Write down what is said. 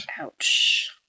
Ouch